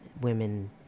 women